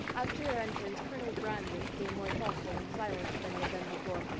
after her entrance, colonel brandon became more thoughtful and silent than he had been before,